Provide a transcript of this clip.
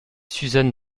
suzanne